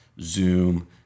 Zoom